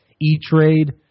E-Trade